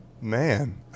man